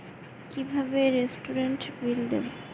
কিভাবে রেস্টুরেন্টের বিল দেবো?